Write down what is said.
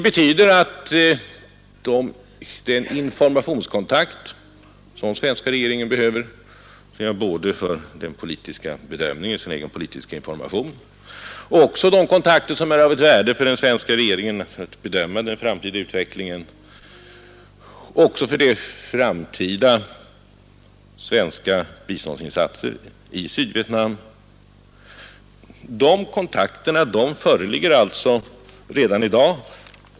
Både den informationskontakt som den svenska regeringen behöver för sin egen politiska information och de kontakter som är av värde för att den svenska regeringen skall kunna bedöma den framtida utvecklingen och även de framtida svenska biståndsinsatserna i Sydvietnam föreligger redan i dag.